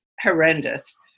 horrendous